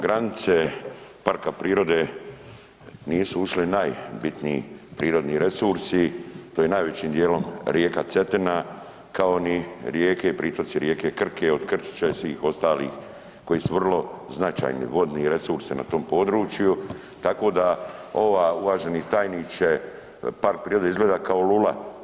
Granice parka prirode nisu ušle u najbitniji prirodni resurs i to je najvećim dijelom rijeka Cetina, kao ni rijeke i pritoci rijeke Krke od Krčića i svih ostalih koji su vrlo značajni vodni resursi na tom području, tako da ova uvaženi tajniče park prirode izgleda kao lula.